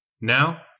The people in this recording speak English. Now